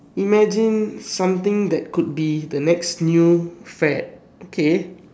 imagine something that could be the next new fad okay